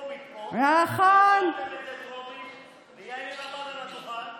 לשעבר חיים כץ, וגם אתה, יאיר, הגענו לרגע,